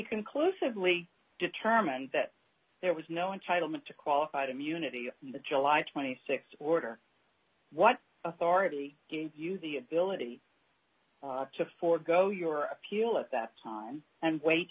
conclusively determined that there was no entitlement to qualified immunity in the july th order what authority gave you the ability to forgo your appeal at that time and wait